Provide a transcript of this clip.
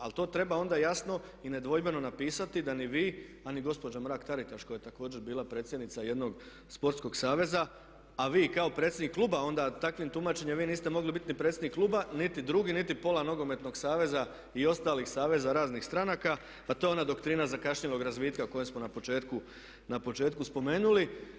Ali to treba onda jasno i nedvojbeno napisati da ni vi a ni gospođa Mrak-Taritaš koja je također bila predsjednica jednog sportskog saveza a vi kao predsjednik kluba onda takvim tumačenjem vi niste mogli biti ni predsjednik kluba niti drugi, niti pola nogometnog saveza i ostalih saveza raznih saveza a to je ona doktrina zakašnjelog razvitka o kojem smo na početku spomenuli.